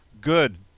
good